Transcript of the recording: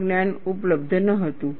આ જ્ઞાન ઉપલબ્ધ ન હતું